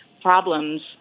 problems